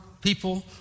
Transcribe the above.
people